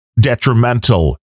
detrimental